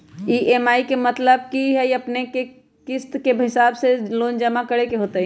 EMI के मतलब है कि अपने के किस्त के हिसाब से लोन जमा करे के होतेई?